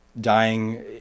dying